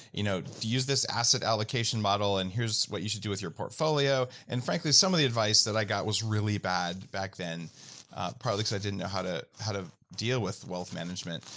you know to use this asset allocation model, and here's what you should do with your portfolio and frankly some of the advice that i got was really bad back then probably because i didn't know how to how to deal with wealth management,